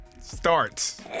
starts